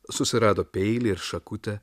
susirado peilį ir šakutę